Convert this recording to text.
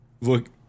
look